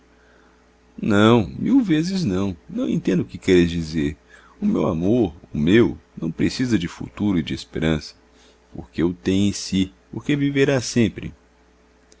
não mil vezes não não entendo o que queres dizer o meu amor o meu não precisa de futuro e de esperança porque o tem em si porque viverá sempre